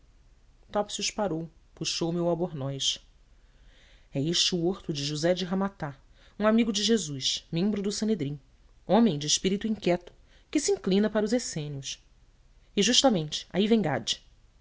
topsius arou puxou me o albornoz e este o horto de josé de ramata um amigo de jesus membro do sanedrim homem de espírito inquieto que se inclina para os essênios e justamente aí vem